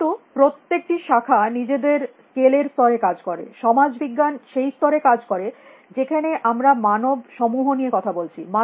কিন্তু প্রত্যেকটি শাখা নিজেদের স্কেল এর স্তরে কাজ করে সমাজ বিজ্ঞান সেই স্তরে কাজ করে যেখানে আমরা মানব সমূহ নিয়ে কথা বলছি